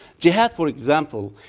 jihad, for example,